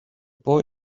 boy